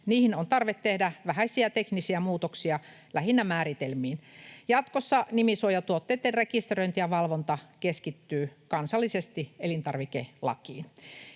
Niihin on tarve tehdä vähäisiä teknisiä muutoksia lähinnä määritelmiin. Jatkossa nimisuojatuotteitten rekisteröinti ja valvonta keskittyy kansallisesti elintarvikelakiin.